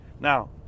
Now